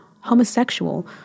Homosexual